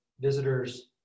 visitors